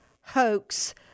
hoax